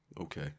Okay